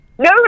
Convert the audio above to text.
No